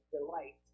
delight